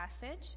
passage